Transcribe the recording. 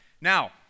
now